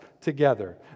together